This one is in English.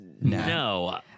no